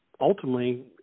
ultimately